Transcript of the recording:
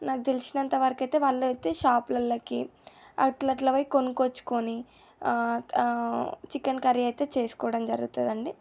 నాకు తెలిసినంత వరకు అయితే వాళ్ళైతే షాప్లల్లకి అట్లా అట్లా పోయి కొనుకొచ్చుకొని చికెన్ కర్రీ అయితే చేసుకోవడం జరుగుతుందండి